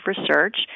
research